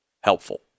helpful